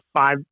five